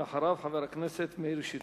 ואחריו, חבר הכנסת מאיר שטרית.